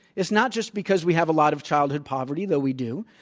it's not just because we have a lot of childhood p overty, though we do.